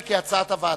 כהצעת הוועדה,